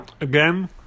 Again